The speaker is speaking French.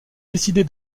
décidé